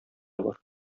бар